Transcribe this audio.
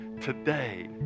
today